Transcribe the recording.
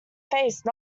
face